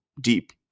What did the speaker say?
deep